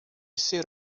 ser